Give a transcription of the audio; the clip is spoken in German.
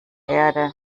erde